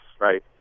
right